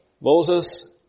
Moses